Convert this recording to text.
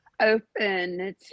open